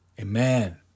Amen